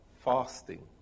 fasting